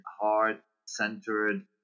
heart-centered